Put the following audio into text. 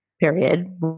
period